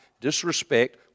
Disrespect